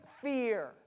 fear